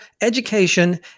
education